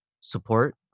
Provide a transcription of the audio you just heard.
support